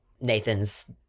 Nathan's